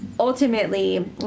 Ultimately